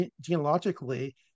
genealogically